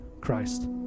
Christ